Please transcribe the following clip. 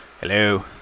hello